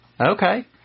Okay